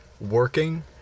working